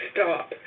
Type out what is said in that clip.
Stop